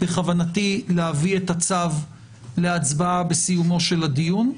בכוונתי להביא את הצו להצבעה בסיומו של הדיון.